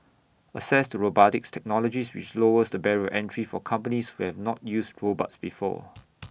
access to robotics technologies which lowers the barrier entry for companies who have not used robots before